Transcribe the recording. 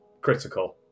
critical